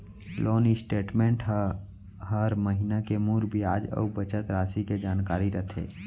loan statement म हर महिना के मूर बियाज अउ बचत रासि के जानकारी रथे